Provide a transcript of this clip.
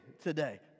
today